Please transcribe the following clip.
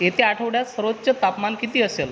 येत्या आठवड्यात सर्वोच्च तापमान किती असेल